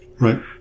Right